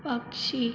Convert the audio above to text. पक्षी